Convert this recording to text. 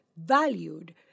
valued